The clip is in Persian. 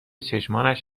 چشمانش